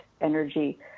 energy